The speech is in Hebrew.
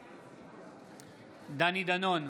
נגד דני דנון,